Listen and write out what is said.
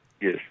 Yes